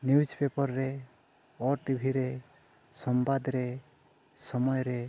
ᱨᱮ ᱳ ᱴᱤᱵᱷᱤ ᱨᱮ ᱥᱚᱝᱵᱟᱫᱽ ᱨᱮ ᱥᱚᱢᱚᱭ ᱨᱮ